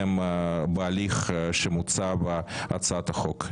להתקדם בהליך שמוצע בהצעת החוק.